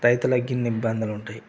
రైతులకి ఇన్ని ఇబ్బందులు ఉంటాయి